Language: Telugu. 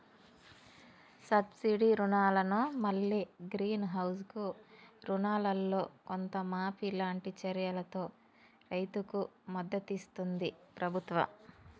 సబ్సిడీ రుణాలను మల్లి గ్రీన్ హౌస్ కు రుణాలల్లో కొంత మాఫీ లాంటి చర్యలతో రైతుకు మద్దతిస్తుంది ప్రభుత్వం